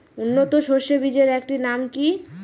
উন্নত সরষে বীজের একটি নাম কি?